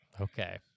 Okay